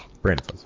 Brandon